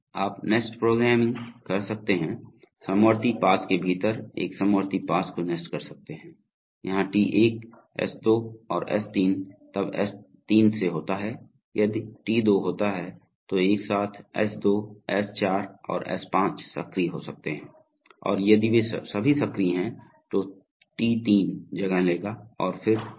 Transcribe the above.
आप nest programming कर सकते हैं समवर्ती पाश के भीतर एक समवर्ती पाश को नेस्ट कर सकते हैं यहां T1 S2 और S3 तब S3 से होता है यदि T2 होता है तो एक साथ S2 S4 और S5 सक्रिय हो सकते हैं और यदि वे सभी सक्रिय हैं तो T3 जगह लेगा और फिर S6